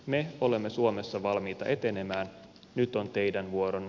me olemme suomessa valmiita etenemään nyt on teidän vuoronne